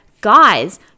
guys